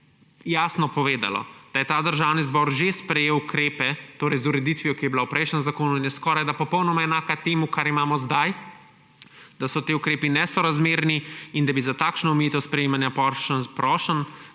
jasno povedalo, da je ta državni zbor že sprejel ukrepe, torej z ureditvijo, ki je bila v prejšnjem zakonu in je skorajda popolnoma enaka temu, kar imamo zdaj, da so ti ukrepi nesorazmerni in da bi za takšno omejitev sprejemanja prošenj